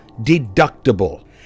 deductible